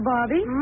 Bobby